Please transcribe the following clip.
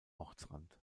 ortsrand